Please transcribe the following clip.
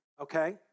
okay